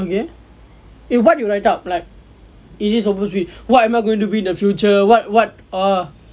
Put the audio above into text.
then eh what you write up like is it supposed to be what am I going to be in the future what what err